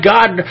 God